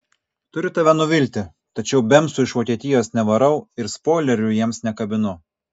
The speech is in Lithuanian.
turiu tave nuvilti tačiau bemsų iš vokietijos nevarau ir spoilerių jiems nekabinu